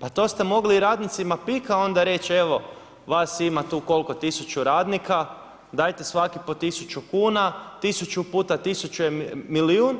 Pa to ste mogli i radnicima Pika onda reći, evo, vas ima, koliko tisuću radnika, dajte svaki po tisuću kuna, tisuću puta tisuću je milijun